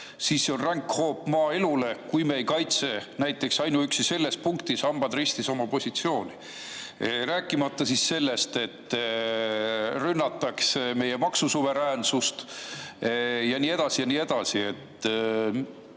on ränk hoop maaelule see, kui me ei kaitse näiteks ainuüksi selles punktis, hambad ristis, oma positsiooni. Rääkimata sellest, et rünnatakse meie maksusuveräänsust ja nii edasi. Miks